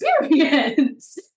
experience